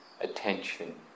attention